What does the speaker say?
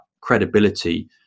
credibility